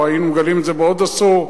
או היינו מגלים את זה בעוד עשור,